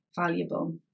valuable